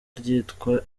ryitwa